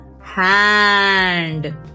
hand